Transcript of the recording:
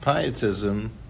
pietism